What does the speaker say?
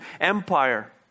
empire